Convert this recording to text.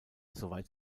soweit